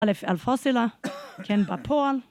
אלף אלפוסילה, כאן בפועל.